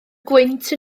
gwynt